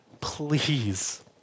please